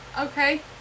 okay